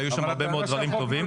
והיו שם הרבה מאוד דברים טובים.